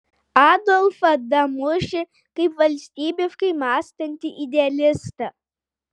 adolfą damušį kaip valstybiškai mąstantį idealistą